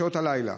בשעות הלילה,